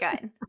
good